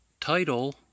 title